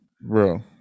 bro